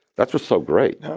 that's what's so great.